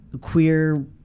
queer